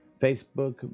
Facebook